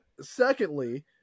Secondly